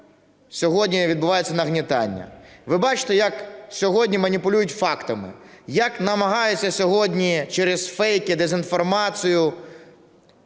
сьогодні відбувається нагнітання. Ви бачите, як сьогодні маніпулюють фактами, як намагаються сьогодні через фейки, дезінформацію